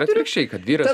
atvirkščiai kad vyras